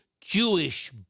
Jewish